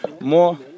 more